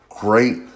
great